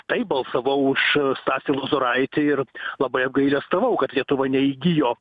taip balsavau už stasį lozoraitį ir labai apgailestavau kad lietuva neįgijo